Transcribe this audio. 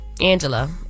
angela